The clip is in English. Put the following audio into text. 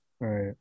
Right